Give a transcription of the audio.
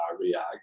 react